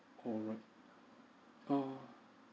alright err